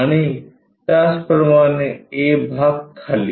आणि त्याचप्रमाणे A भाग खाली